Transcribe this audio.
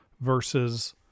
versus